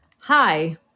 Hi